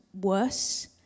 worse